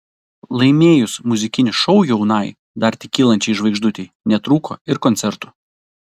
laimėjus muzikinį šou jaunai dar tik kylančiai žvaigždutei netrūko ir koncertų